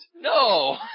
No